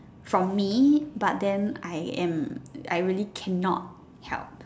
from me but then I am I really can not help